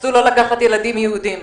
תנסו לא לקחת ילדים יהודים.